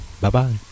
Bye-bye